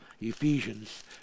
ephesians